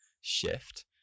shift